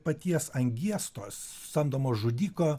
paties angies tos samdomo žudiko